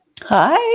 Hi